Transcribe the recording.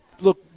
look